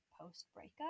post-breakup